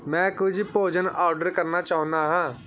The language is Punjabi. ਮੈਂ ਕੁਝ ਭੋਜਨ ਆਰਡਰ ਕਰਨਾ ਚਾਹੁੰਦਾ ਹਾਂ